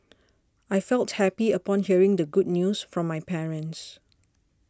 I felt happy upon hearing the good news from my parents